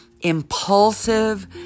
impulsive